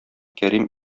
кәрим